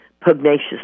pugnacious